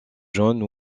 jaune